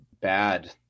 bad